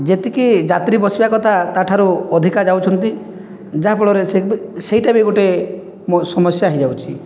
ଯେତିକି ଯାତ୍ରୀ ବସିବା କଥା ତା' ଠାରୁ ଅଧିକା ଯାଉଛନ୍ତି ଯାହା ଫଳରେ ସେଇଟା ବି ଗୋଟିଏ ସମସ୍ୟା ହୋଇଯାଉଛି